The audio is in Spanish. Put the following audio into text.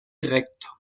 recto